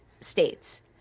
states